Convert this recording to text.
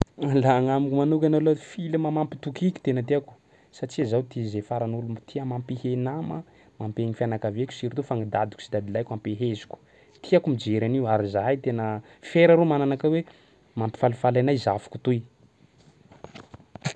Ah, laha agnamiko manokana aloha film mampitokiky tena tiako satsia zaho tia zay farany olo tia mampihe nama mampihe ny fianakaviko surtout fa gny dadiko sy dadilahiko ampeheziko, tiako mijery an'io ary zahay tena fiera reo mana anakahy hoe mampifalifaly anay zafiko toy.